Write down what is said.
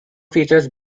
features